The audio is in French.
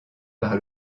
par